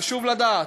חשוב לדעת.